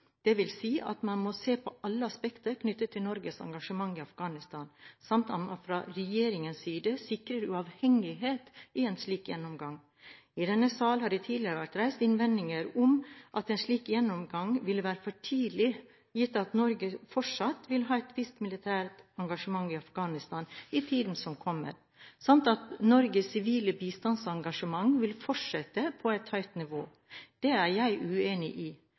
si at man må se på alle aspekter knyttet til Norges engasjement i Afghanistan, samt at man fra regjeringens side sikrer uavhengighet i en slik gjennomgang. I denne sal har det tidligere vært reist innvendinger om at en slik gjennomgang vil være for tidlig, gitt at Norge fortsatt vil ha et visst militært engasjement i Afghanistan i tiden som kommer, samt at Norges sivile bistandsengasjement vil fortsette på et høyt nivå. Det er jeg uenig i.